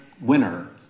winner